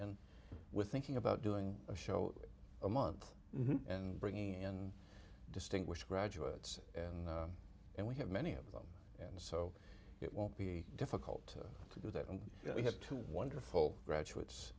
and with thinking about doing a show a month and bringing in distinguished graduates and and we have many of them and so it won't be difficult to do that and we have two wonderful graduates